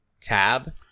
tab